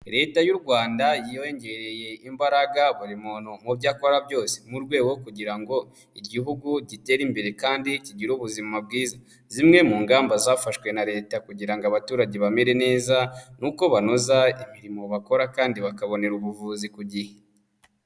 Leta y'u Rwanda yongereye imbaraga buri muntu mu byo akora byose, mu rwego kugira ngo Igihugu gitere imbere kandi kigire ubuzima bwiza. Zimwe mu ngamba zafashwe na Leta kugira ngo abaturage bamere neza ni uko banoza imirimo bakora kandi bakabonera ubuvuzi ku gihe.